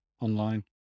online